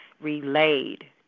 relayed